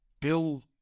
Bill